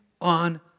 on